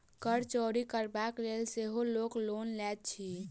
कर चोरि करबाक लेल सेहो लोक लोन लैत अछि